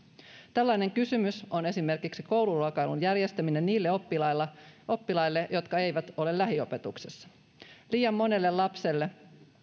tällainen kysymys on esimerkiksi kouluruokailun järjestäminen niille oppilaille oppilaille jotka eivät ole lähiopetuksessa liian monelle lapselle